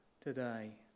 today